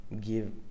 give